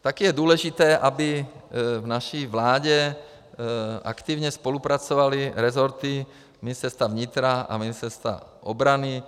Také je důležité, aby v naší vládě aktivně spolupracovaly resorty Ministerstva vnitra a Ministerstva obrany.